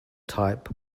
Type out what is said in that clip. type